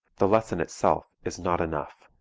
the lesson itself is not enough.